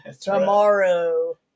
Tomorrow